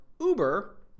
Uber